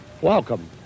welcome